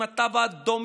עם התו האדום,